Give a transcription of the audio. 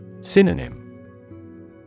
Synonym